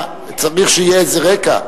מה, צריך שיהיה איזה רקע.